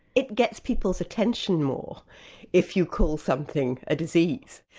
it gets people's attention more if you call something a disease.